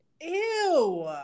Ew